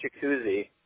jacuzzi